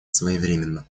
своевременно